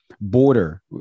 border